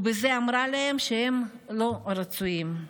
ובזה אמרה להם שהם לא רצויים.